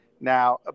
now